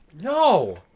No